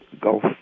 Gulf